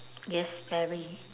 yes very